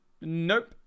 Nope